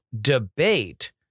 debate